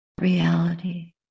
reality